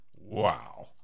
Wow